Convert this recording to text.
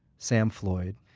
sam floyd.